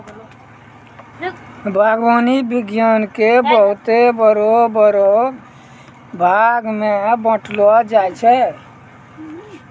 बागवानी विज्ञान के बहुते बड़ो बड़ो भागमे बांटलो जाय छै